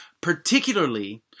Particularly